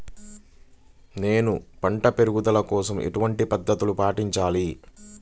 నేను పంట పెరుగుదల కోసం ఎలాంటి పద్దతులను పాటించాలి?